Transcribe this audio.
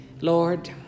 Lord